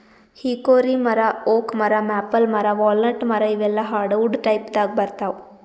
hickory ಮರಾ oak ಮರಾ maple ಮರಾ ವಾಲ್ನಟ್ ಮರಾ ಇವೆಲ್ಲಾ ಹಾರ್ಡವುಡ್ ಟೈಪ್ದಾಗ್ ಬರ್ತಾವ್